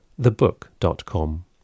thebook.com